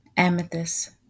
Amethyst